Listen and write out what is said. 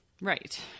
Right